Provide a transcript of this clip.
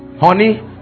Honey